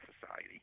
society